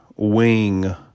wing